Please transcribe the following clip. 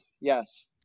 Yes